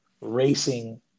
racing